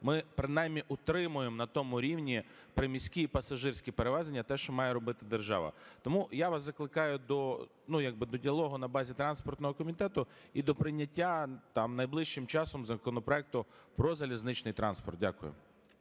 ми принаймні утримуємо на тому рівні приміські пасажирські перевезення – те, що має робити держава. Тому я вас закликаю як би до діалогу на базі транспортного комітету і до прийняття там найближчим часом законопроекту про залізничний транспорт. Дякую.